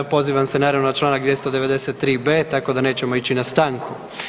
Pozivam se naravno na čl. 293b tako da nećemo ići na stanku.